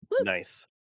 nice